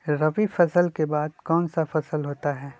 रवि फसल के बाद कौन सा फसल होता है?